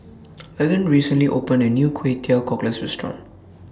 Vaughn recently opened A New Kway Teow Cockles Restaurant